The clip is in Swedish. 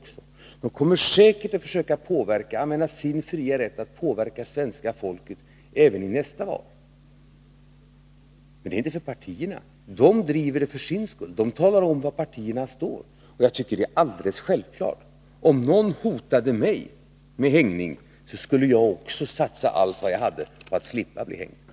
Det kommer säkerligen att försöka använda sin fria rätt att påverka svenska folket även i nästa val. Men det är inte för partiernas skull utan för sin egen skull som det gör detta. Det talar om var partierna står. Jag tycker att detta är något alldeles självklart. Om någon hotade mig med hängning, skulle också jag satsa allt vad jag hade på att slippa bli hängd.